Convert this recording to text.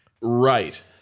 Right